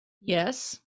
Yes